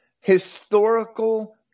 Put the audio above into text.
historical